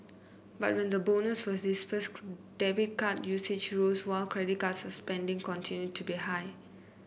but when the bonus was disbursed debit card usage rose while credit card spending continued to be high